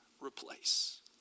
replace